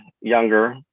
younger